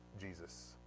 Jesus